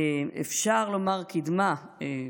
אפשר לומר "קדמה",